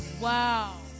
wow